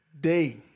day